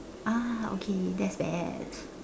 ah okay that's bad